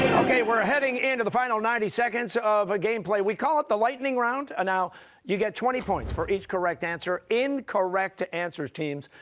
okay, we're heading into the final ninety seconds of game play. we call it the lightning round. and now you get twenty points for each correct answer, incorrect answers, teams,